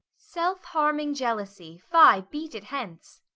self-harming jealousy! fie, beat it hence.